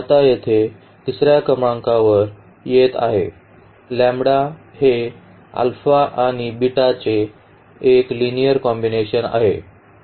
आता येथे तिसर्या क्रमांकावर येत आहे हे चे एक लिनिअर कॉम्बिनेशन आहे